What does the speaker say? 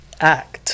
act